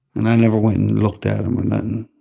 and i never went and looked at him and